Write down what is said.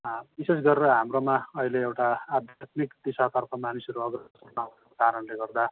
विशेष गरेर हाम्रोमा अहिले एउटा आध्यात्मिक दिशातर्फ मानिसहरू अग्रसर नभएको कारणले गर्दा